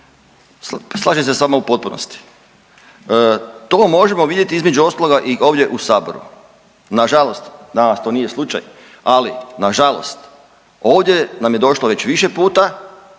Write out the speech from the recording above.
Slažem se sa vama u potpunosti. To možemo vidjeti između ostaloga i ovdje u Saboru. Na žalost, danas to nije slučaj, ali na žalost ovdje nam je došlo već više puta